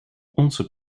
onze